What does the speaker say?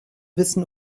wissen